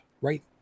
right